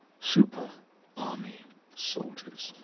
super army soldiers.